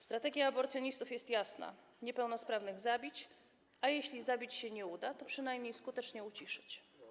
Strategia aborcjonistów jest jasna: niepełnosprawnych zabić, a jeśli zabić się nie uda, to przynajmniej skutecznie uciszyć.